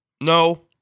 No